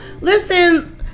Listen